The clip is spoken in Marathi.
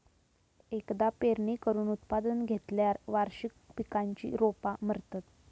एकदा पेरणी करून उत्पादन घेतल्यार वार्षिक पिकांची रोपा मरतत